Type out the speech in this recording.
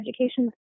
education